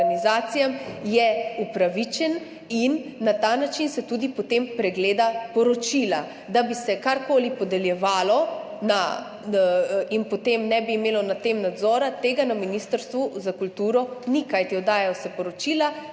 organizacijam, je upravičen in na ta način se tudi potem pregleda poročila. Da bi se karkoli podeljevalo in potem ne bi bilo nad tem nadzora, tega na Ministrstvu za kulturo ni, kajti oddajajo se poročila,